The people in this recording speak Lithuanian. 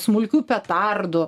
smulkių petardų